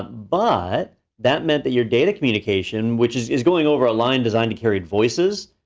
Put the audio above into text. but that meant that your data communication which is is going over a line designed to carry voices,